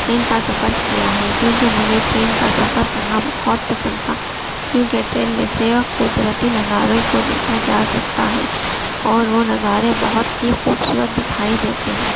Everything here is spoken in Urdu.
ٹرین کا سفر کیا ہے کیوںکہ مجھے ٹرین کا سفر کرنا بہت پسند تھا کیوںکہ ٹرین میں سے قدرتی نظارے کو دیکھا جا سکتا ہے اور وہ نظارے بہت ہی خوبصورت دکھائی دیتے ہیں